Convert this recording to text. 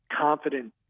confident